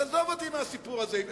אז עזוב אותי מהסיפור הזה.